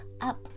up